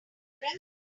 funeral